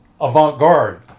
avant-garde